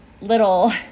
little